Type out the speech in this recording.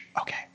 okay